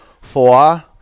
Four